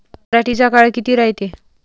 पराटीचा काळ किती रायते?